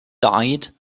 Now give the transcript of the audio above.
died